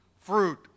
fruit